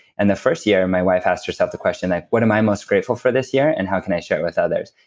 and the first year, and my wife asked herself the question, what am i most grateful for this year, and how can i share it with others?